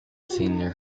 senior